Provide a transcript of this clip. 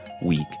week